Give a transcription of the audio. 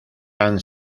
han